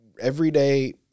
everyday